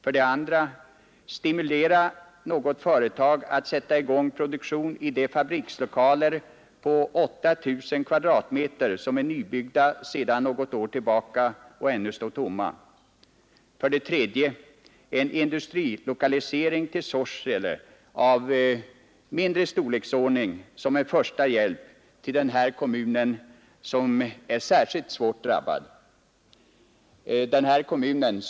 För det andra är det att stimulera något företag att sätta i gång produktion i de sedan något år tillbaka nybyggda fabrikslokalerna på 8 000 kvadratmeter som ännu står tomma. För det tredje är det en mindre industrilokalisering till Sorsele som en första hjälp till denna kommun som är särskilt svårt drabbad.